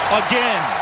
again